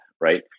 right